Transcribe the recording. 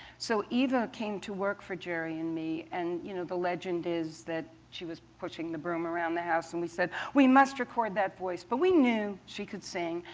so eva came to work for gerry and me, and you know the legend is that she was pushing the broom around the house, and we said, we must record that voice. but we knew she could sing,